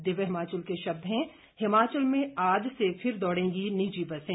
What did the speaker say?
दिव्य हिमाचल के शब्द हैं हिमाचल में आज से फिर दौड़ेगी निजी बसें